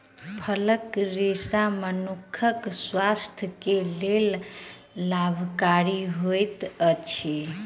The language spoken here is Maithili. फलक रेशा मनुखक स्वास्थ्य के लेल लाभकारी होइत अछि